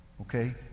okay